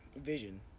vision